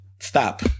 stop